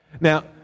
Now